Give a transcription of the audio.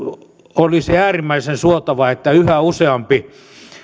olisi äärimmäisen suotavaa että yhä useampi